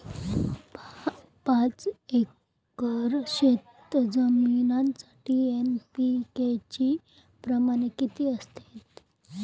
पाच एकर शेतजमिनीसाठी एन.पी.के चे प्रमाण किती असते?